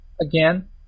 Again